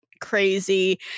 crazy